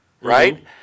Right